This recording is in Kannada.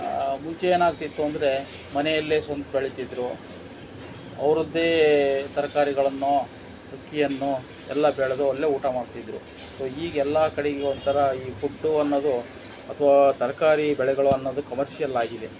ಮುಂಚೆ ಏನಾಗ್ತಿತ್ತು ಅಂದರೆ ಮನೆಯಲ್ಲೇ ಸ್ವಂತ ಬೆಳೀತಿದ್ದರು ಅವರದ್ದೇ ತರಕಾರಿಗಳನ್ನೋ ಅಕ್ಕಿಯನ್ನೋ ಎಲ್ಲ ಬೆಳೆದು ಅಲ್ಲೇ ಊಟ ಮಾಡ್ತಿದ್ದರು ಸೊ ಈಗ ಎಲ್ಲ ಕಡೆ ಈಗ ಒಂಥರ ಈ ಫುಡ್ಡು ಅನ್ನೋದು ಅಥವಾ ತರಕಾರಿ ಬೆಳೆಗಳು ಅನ್ನೋದು ಕಮರ್ಷಿಯಲ್ ಆಗಿದೆ